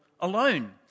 Alone